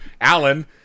Alan